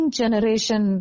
generation